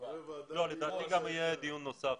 אייל סיסו,